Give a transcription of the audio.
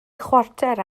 chwarter